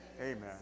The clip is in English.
Amen